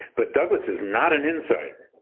but douglass is not an insider.